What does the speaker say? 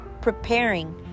preparing